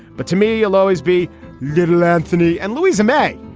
but to me alow is b little anthony and louisa may.